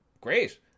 great